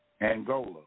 Angola